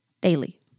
daily